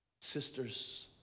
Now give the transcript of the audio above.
sisters